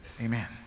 Amen